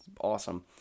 awesome